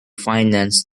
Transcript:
financed